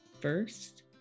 first